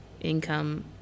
income